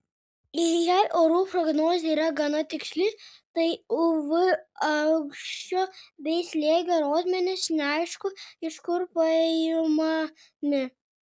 ir jei orų prognozė yra gana tiksli tai uv aukščio bei slėgio rodmenys neaišku iš kur paimami